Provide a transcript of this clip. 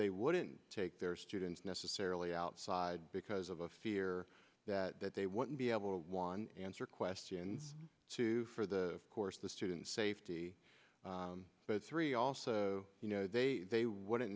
they wouldn't take their students necessarily outside because of a fear that they wouldn't be able to one answer questions two for the course the students safety but three also you know they wouldn't